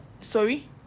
sorry